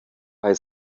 bei